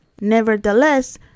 Nevertheless